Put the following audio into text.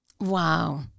Wow